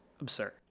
absurd